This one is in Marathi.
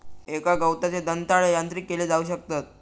एका गवताचे दंताळे यांत्रिक केले जाऊ शकतत